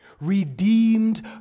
redeemed